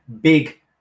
big